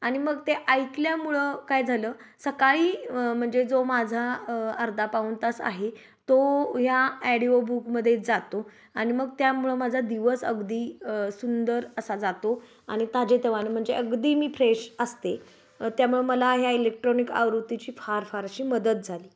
आणि मग ते ऐकल्यामुळं काय झालं सकाळी म्हणजे जो माझा अर्धा पाऊण तास आहे तो या ॲडिओ बुक मध्ये जातो आणि मग त्यामुळं माझा दिवस अगदी सुंदर असा जातो आणि ताजेतवाने म्हण जे अगदी मी फ्रेश असते त्यामुळं मला ह्या इलेक्ट्रॉनिक आवृत्तीची फार फार अशी मदत झाली